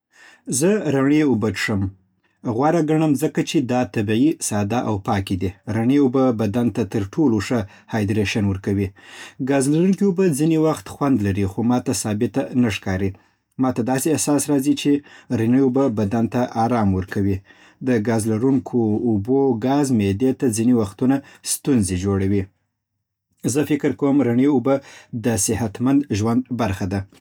زه رڼې اوبه څښل غوره ګڼم ځکه چې دا طبیعي، ساده او پاکې دي. رڼې اوبه بدن ته تر ټولو ښه هایډرېشن ورکوي. ګازلرونکې اوبه ځینې وخت خوند لري، خو ما ته ثابته نه ښکاري. ما ته داسې احساس راځي چې رڼې اوبه بدن ته آرام ورکوي. د ګازلرونکې اوبو ګاز معدې ته ځینې وختونه ستونزه جوړوي. زه فکر کوم رڼې اوبه د صحتمند ژوند برخه ده.